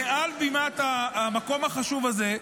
מעל בימת המקום החשוב הזה,